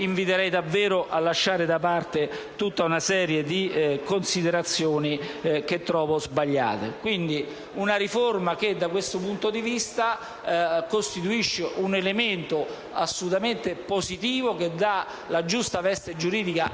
pertanto davvero a lasciare da parte tutta una serie di considerazioni che trovo sbagliate. Si tratta quindi di una riforma che, sotto tale profilo, costituisce un elemento assolutamente positivo, che dà la giusta veste giuridica